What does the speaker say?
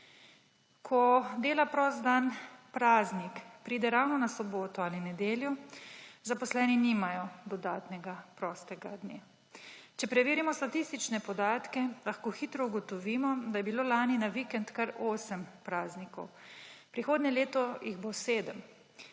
Ko dela prost dan praznik pride ravno na soboto ali nedeljo, zaposleni nimajo dodatnega prostega dne. Če preverimo statistične podatke, lahko hitro ugotovimo, da je bilo lani na vikend kar 8 praznikov. Prihodnje leto jih bo 7.